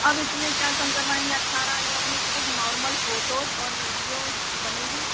अब इसमे क्या कम करवाएंगी अठारह हजार में सिर्फ नॉर्मल फ़ोटोज़ और विडिओज बनेंगी